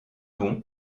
bon